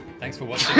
thanks for watching.